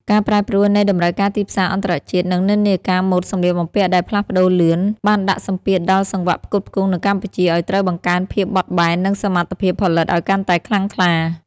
ការប្រែប្រួលនៃតម្រូវការទីផ្សារអន្តរជាតិ និងនិន្នាការម៉ូដសម្លៀកបំពាក់ដែលផ្លាស់ប្តូរលឿន បានដាក់សម្ពាធដល់សង្វាក់ផ្គត់ផ្គង់នៅកម្ពុជាឱ្យត្រូវបង្កើនភាពបត់បែន និងសមត្ថភាពផលិតឱ្យកាន់តែខ្លាំងក្លា។